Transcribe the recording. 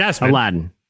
Aladdin